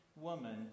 woman